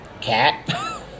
Cat